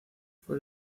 fue